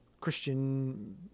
Christian